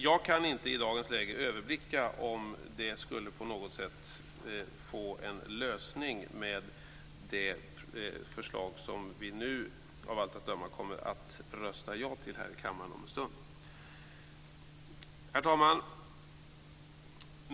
Jag kan inte i dagens läge överblicka om det här på något sätt skulle kunna få en lösning i och med det förslag som vi om en stund av allt att döma kommer att rösta ja till. Herr talman!